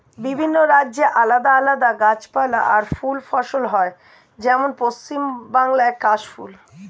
বিভিন্ন রাজ্যে আলাদা আলাদা গাছপালা আর ফুল ফসল হয়, যেমন পশ্চিম বাংলায় কাশ ফুল